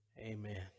Amen